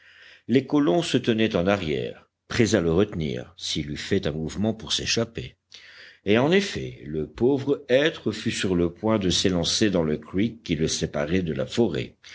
les colons se tenaient en arrière prêts à le retenir s'il eût fait un mouvement pour s'échapper et en effet le pauvre être fut sur le point de s'élancer dans le creek qui le séparait de la forêt